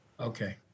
Okay